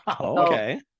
Okay